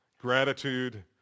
gratitude